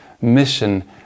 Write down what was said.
mission